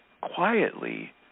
quietly